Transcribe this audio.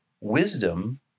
wisdom